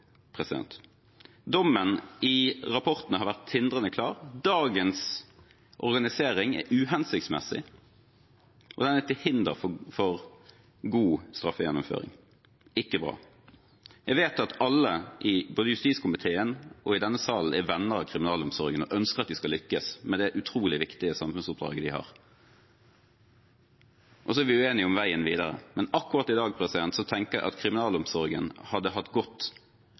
Dommen i rapportene har vært tindrende klar: Dagens organisering er uhensiktsmessig, og den er til hinder for god straffegjennomføring – ikke bra. Jeg vet at alle i både justiskomiteen og denne salen er venner av kriminalomsorgen og ønsker at de skal lykkes med det utrolig viktige samfunnsoppdraget de har. Så er vi uenige om veien videre. Men akkurat i dag tenker jeg at kriminalomsorgen hadde hatt godt